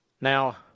Now